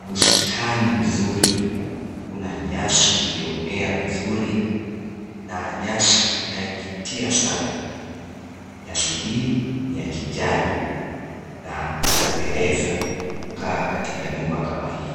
bustani mzuri, kuna nyasi iliyomea vizuri na nyasi inayovutia sana. Nyasi hii ni ya kijani na inapendeza kukaa katika nyumba kama hii.